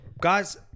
guys